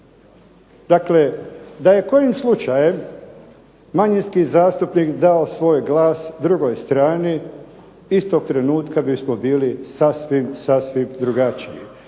Dakle, da je kojim slučajem manjinski zastupnik dao svoj glas drugoj strani, istog trenutka bismo bili sasvim, sasvim drugačiji.